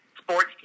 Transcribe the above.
sports